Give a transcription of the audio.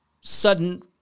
sudden